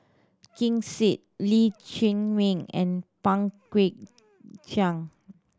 Ken Seet Lee Chiaw Meng and Pang Guek Cheng